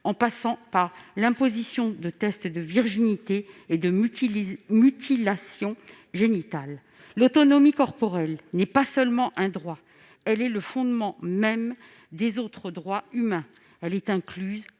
en passant par l'imposition de tests de virginité et de mutilations génitales. L'autonomie corporelle n'est pas seulement un droit, elle est le fondement même des autres droits humains. Elle est incluse,